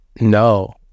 No